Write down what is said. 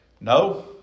No